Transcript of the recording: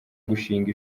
gushinga